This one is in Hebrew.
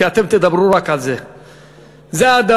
כי אתם תדברו רק על זה.